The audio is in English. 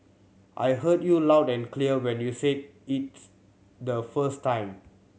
I heard you loud and clear when you said its the first time